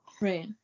Right